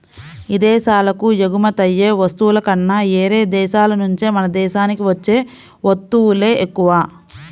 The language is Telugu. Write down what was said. ఇదేశాలకు ఎగుమతయ్యే వస్తువుల కన్నా యేరే దేశాల నుంచే మన దేశానికి వచ్చే వత్తువులే ఎక్కువ